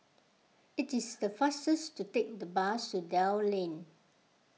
it is the fastest to take the bus to Dell Lane